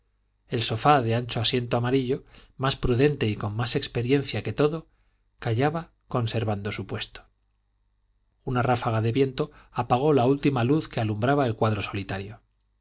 el sofá de ancho asiento amarillo más prudente y con más experiencia que todo callaba conservando su puesto una ráfaga de viento apagó la última luz que alumbraba el cuadro solitario